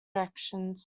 directions